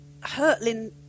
hurtling